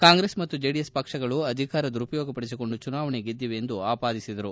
ಕಾಂಗ್ರೆಸ್ ಮತ್ತು ಜೆಡಿಎಸ್ ಪಕ್ಷಗಳು ಅಧಿಕಾರ ದುರುಪಯೋಗಪಡಿಸಿಕೊಂಡು ಚುನಾವಣೆ ಗೆದ್ದಿವೆ ಎಂದು ಆಪಾದಿಸಿದರು